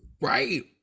Right